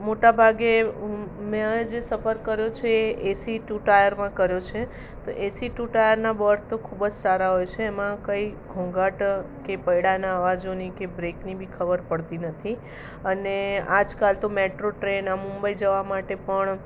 મોટાભાગે મેં જે સફર કર્યો છે એ એસી ટુ ટાયરમાં કર્યો છે તો એસી ટુ ટાયરના વોર્ડ તો ખૂબ જ સારા હોય છે એમાં કંઈ ઘોંઘાટ કે પૈડાંના અવાજોની કે બ્રેકની બી ખબર પડતી નથી અને આજકાલ તો મેટ્રો ટ્રેન મુંબઈ જવા માટે પણ